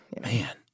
Man